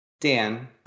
dan